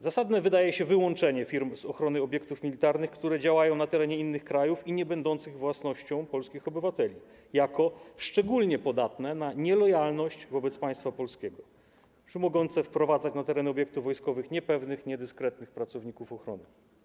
Zasadne wydaje się wyłączenie z ochrony obiektów militarnych firm, które działają na terenie innych krajów i nie są własnością polskich obywateli, jako szczególnie podatnych na nielojalność wobec państwa polskiego czy mogących wprowadzać na tereny obiektów wojskowych niepewnych, niedyskretnych pracowników ochrony.